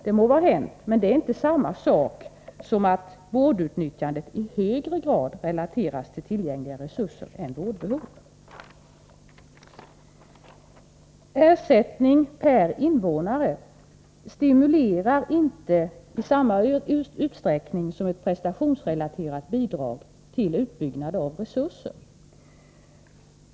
Det må vara hänt, men det är inte samma sak som att vårdutnyttjandet i högre grad relateras till tillgängliga resurser än vårdbehov. Ersättning per invånare stimulerar inte i samma utsträckning som ett prestationsrelaterat bidrag till utbyggnad av resurser.